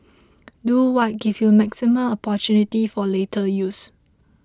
do what gives you maximum opportunities for later use